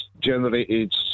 generated